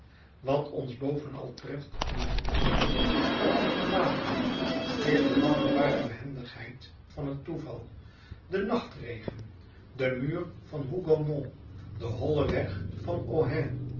wat ons bovenal treft in een ontmoeting als die van waterloo is de wonderbare behendigheid van het toeval de nachtregen de muur van hougomont de holle weg van ohain